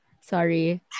Sorry